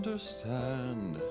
understand